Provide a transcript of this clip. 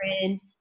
friend